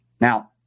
Now